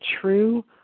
true